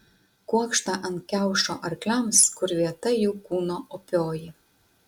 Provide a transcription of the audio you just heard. kuokštą ant kiaušo arkliams kur vieta jų kūno opioji